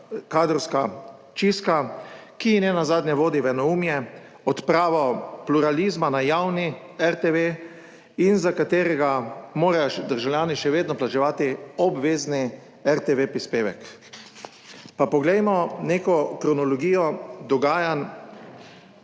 kadrovska čistka, ki nenazadnje vodi v enoumje, odpravo pluralizma na javni RTV, in za katerega morajo državljani še vedno plačevati obvezni RTV prispevek. Pa poglejmo neko kronologijo dogajanj.